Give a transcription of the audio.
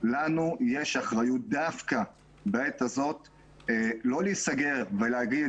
לנו יש אחריות דווקא בעת הזאת לא להיסגר ולהגיד,